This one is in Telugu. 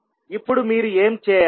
ఇప్పుడు మీరు ఏం చేయాలి